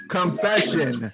Confession